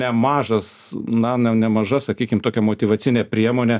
nemažas na ne nemaža sakykim tokia motyvacinė priemonė